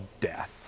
death